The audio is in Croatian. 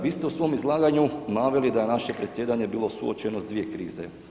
Vi ste u svom izlaganju naveli da je naše predsjedanje bilo suočeno s dvije krize.